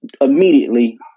immediately